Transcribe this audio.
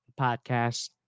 podcast